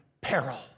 peril